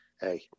Hey